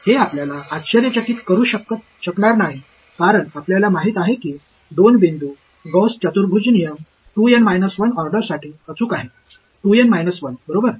हे आपल्याला आश्चर्यचकित करू शकणार नाही कारण आपल्याला माहित आहे की 2 बिंदू गौस चतुर्भुज नियम 2 एन 1 ऑर्डर साठी अचूक आहे 2 एन 1 बरोबर